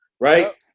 right